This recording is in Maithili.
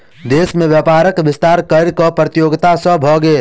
देश में व्यापारक विस्तार कर प्रतियोगिता सॅ भेल